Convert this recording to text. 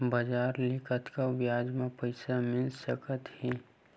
बजार ले कतका ब्याज म पईसा मिल सकत हे?